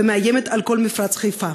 ומאיימת על כל מפרץ חיפה.